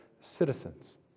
citizens